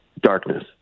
darkness